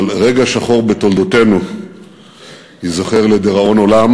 אבל רגע שחור בתולדותינו ייזכר לדיראון עולם